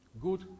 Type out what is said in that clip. Good